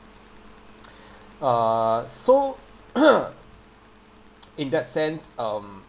err so in that sense um